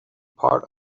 part